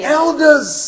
elders